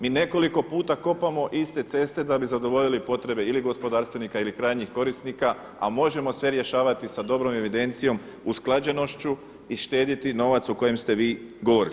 Mi nekoliko puta kopamo iste ceste da bi zadovoljili potrebe ili gospodarstvenika ili krajnjih korisnika a možemo sve rješavati sa dobrom evidencijom usklađenošću i štediti novac o kojem ste vi govorili.